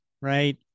right